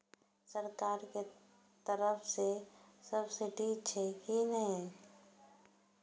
सरकार के तरफ से सब्सीडी छै कि नहिं?